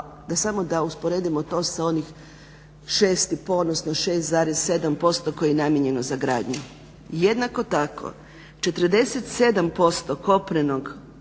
a samo da usporedimo to sa onih 6,5 odnosno 6,7% koji je namijenjeno za gradnju. Jednako tako 47% kopnenog